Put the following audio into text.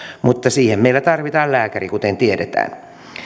mutta siihen meillä tarvitaan lääkäri kuten tiedetään